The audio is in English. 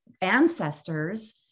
ancestors